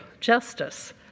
justice